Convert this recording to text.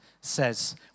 says